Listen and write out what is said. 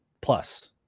plus